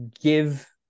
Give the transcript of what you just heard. give